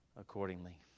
accordingly